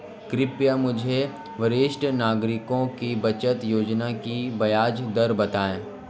कृपया मुझे वरिष्ठ नागरिकों की बचत योजना की ब्याज दर बताएं